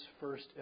first